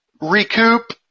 recoup